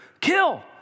kill